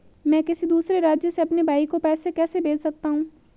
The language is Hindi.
मैं किसी दूसरे राज्य से अपने भाई को पैसे कैसे भेज सकता हूं?